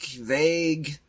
vague